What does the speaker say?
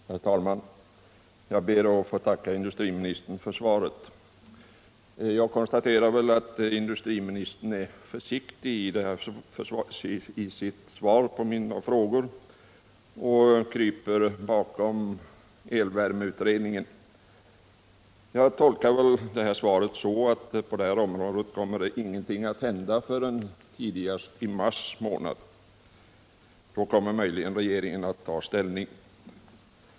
Herr talman! Jag ber att få tacka industriministern för svaret. Jag konstaterar att industriministern var försiktig i svaret på mina frågor och kröp bakom elvärmeutredningen. Min tolkning av svaret är att ingenting kommer att hända förrän tidigast i mars, då regeringen möjligen kommer att ta ställning.